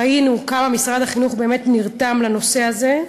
ראינו כמה משרד החינוך באמת נרתם לנושא הזה.